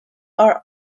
are